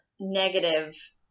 negative